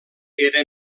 era